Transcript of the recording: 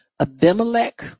Abimelech